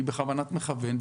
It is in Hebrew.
היא בכוונת מכוון,